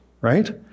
right